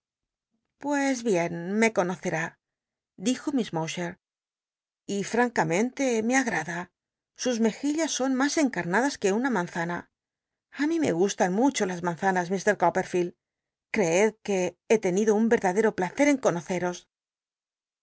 pues bien me conocer'ti dijo miss mowcber y francamenle me ag'rada sus mejillas son mas encal'lladas que una manzana a mi me gustan mucho las manzanas ift copperficlcl creed que be tenido un l'et'dadero placer en conoceros